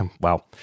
wow